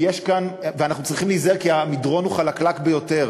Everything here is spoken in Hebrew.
אנחנו צריכים להיזהר כי המדרון הוא חלקלק ביותר,